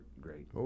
great